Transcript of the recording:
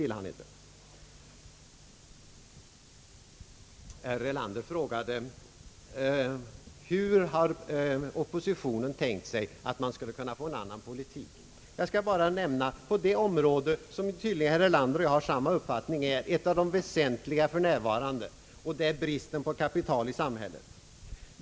Herr Erlander frågade hur oppositionen tänkt sig att man skulle få till stånd en annan politik. Jag skall bara ta ett område, beträffande vilket tydligen herr Erlander och jag har samma uppfattning och vilket dessutom är ett av de väsentliga för närvarande, nämligen kapitalmarknaden, där det för närvarande råder brist.